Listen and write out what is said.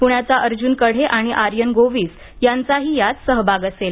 प्ण्याचा अर्ज्न कढे आणि आर्यन गोविस यांचाही यात सहभाग असेल